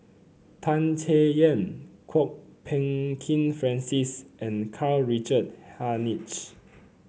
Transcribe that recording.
Tan Chay Yan Kwok Peng Kin Francis and Karl Richard Hanitsch